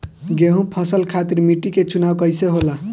गेंहू फसल खातिर मिट्टी के चुनाव कईसे होला?